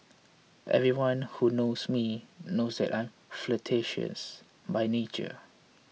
everyone who knows me knows that I am flirtatious by nature